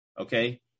okay